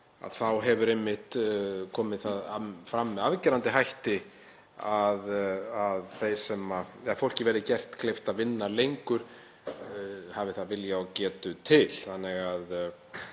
hefur það einmitt komið fram með afgerandi hætti að fólki verði gert kleift að vinna lengur hafi það vilja og getu til.